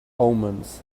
omens